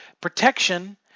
protection